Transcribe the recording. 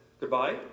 goodbye